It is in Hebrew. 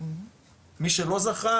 מי שלא זכה